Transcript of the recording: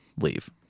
leave